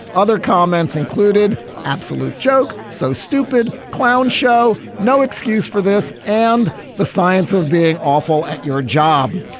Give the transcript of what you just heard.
other comments included absolute joke. so stupid clown show no excuse for this and the science of being awful at your job.